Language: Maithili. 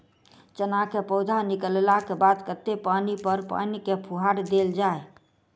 चना केँ पौधा निकलला केँ बाद कत्ते दिन पर पानि केँ फुहार देल जाएँ?